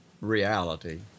reality